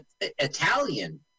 Italian